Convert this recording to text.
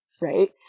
right